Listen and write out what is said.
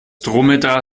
dromedar